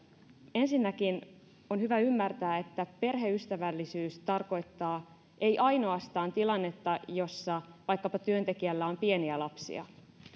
ensinnäkin on hyvä ymmärtää että perheystävällisyys ei tarkoita ainoastaan tilannetta jossa vaikkapa työntekijällä on pieniä lapsia vaan